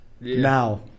Now